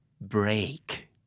break